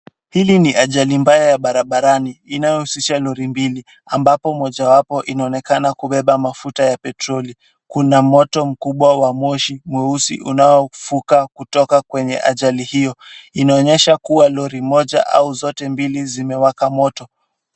Hii ni ajali mbaya ya barabarani, inayohusisha lori mbili ambapo mojawapo inaonekana kubeba mafuta ya petroli. Kuna moto mkubwa wa moshi mweusi unaofuka kutoka kwenye ajali hiyo, inaonyesha kuwa lori moja au zote mbili zimewaka moto.